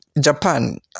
Japan